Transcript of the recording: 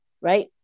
right